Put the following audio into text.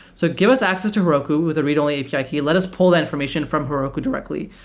so give us access to heroku with a read-only api. okay. let us pull that information from haroku directly.